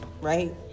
right